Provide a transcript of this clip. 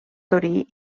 torí